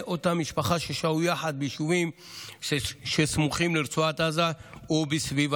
אותה משפחה ששהו יחד ביישובים שסמוכים לרצועת עזה ובסביבתם,